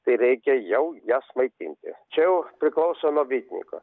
tai reikia jau jas maitinti čia jau priklauso nuo bitininko